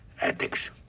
Ethics